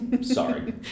Sorry